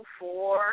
four